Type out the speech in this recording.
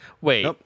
Wait